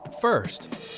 First